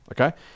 Okay